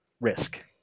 risk